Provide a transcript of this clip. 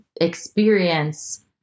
experience